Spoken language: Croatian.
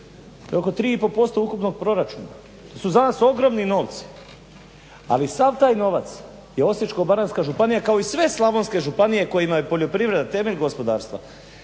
Dok od 3,5% ukupnog proračuna su za nas ogromni novci, ali sav taj novac je Osječko-baranjska županija kao i sve Slavonske županije kojima je poljoprivreda temelj gospodarstva